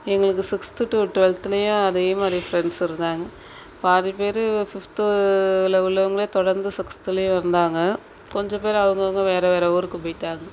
எங்களுக்கு sixth to டுவெல்த்துலேயும் அதே மாதிரி ஃப்ரெண்ட்ஸ் இருந்தாங்க பாதி பேர் ஃபிஃப்த்தில் உள்ளவங்களே தொடர்ந்து சிக்ஸ்த்துலேயும் இருந்தாங்க கொஞ்சம் பேர் அவங்கவுங்க வேறு வேறு ஊருக்கு போய்ட்டாங்க